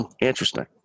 interesting